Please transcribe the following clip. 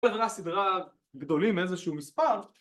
עברה סדרה גדולים, איזה שהוא מספר